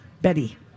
Betty